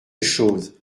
chose